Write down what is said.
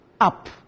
up